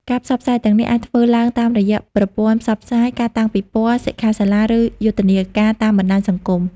ការផ្សព្វផ្សាយទាំងនេះអាចធ្វើឡើងតាមរយៈប្រព័ន្ធផ្សព្វផ្សាយ ការតាំងពិព័រណ៍ សិក្ខាសាលា ឬយុទ្ធនាការតាមបណ្ដាញសង្គម។